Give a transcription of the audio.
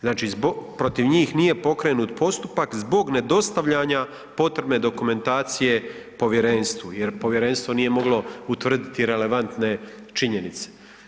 Znači, protiv njih nije pokrenut postupak zbog nedostavljanja potrebne dokumentacije povjerenstvu, jer povjerenstvo nije moglo utvrditi relevantne činjenice.